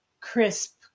crisp